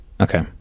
Okay